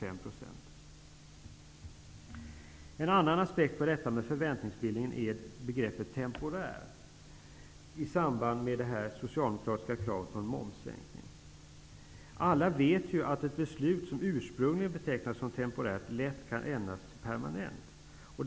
En annan aspekt på detta med förväntningsbildningen är begreppet ''temporär'' i samband med det socialdemokratiska kravet på en momssänkning. Alla vet ju att ett beslut som ursprungligen betecknas som temporärt lätt kan ändras till permanent.